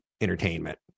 entertainment